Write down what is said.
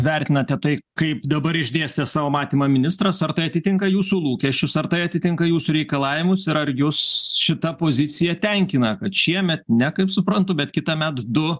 vertinate tai kaip dabar išdėstė savo matymą ministras ar tai atitinka jūsų lūkesčius ar tai atitinka jūsų reikalavimus ir ar jus šita pozicija tenkina kad šiemet ne kaip suprantu bet kitąmet du